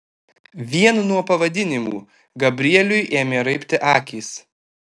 vien nuo pavadinimų gabrieliui ėmė raibti akys